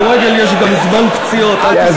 בכדורגל יש גם זמן פציעות, אל